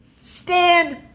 stand